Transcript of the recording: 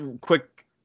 quick